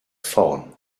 vorn